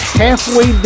halfway